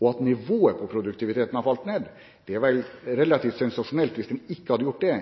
og at nivået på produktiviteten har falt. Det ville vært relativt sensasjonelt hvis den ikke hadde gjort det,